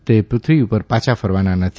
તે પૃથ્વી ઉપર પાછા ફરવાના નથી